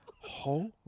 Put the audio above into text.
Holy